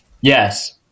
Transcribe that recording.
Yes